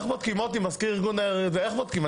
מוטי, מזכיר ארגון, איך בודקים?